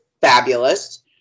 fabulous